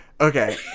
Okay